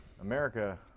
America